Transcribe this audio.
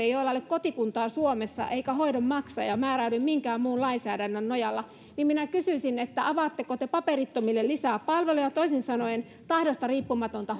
joilla ei ole kotikuntaa suomessa eikä hoidon maksaja määräydy minkään muun lainsäädännön nojalla minä kysyisin avaatteko te paperittomille lisää palveluja toisin sanoen tahdosta riippumatonta